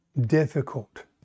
difficult